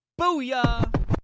booyah